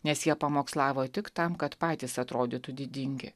nes jie pamokslavo tik tam kad patys atrodytų didingi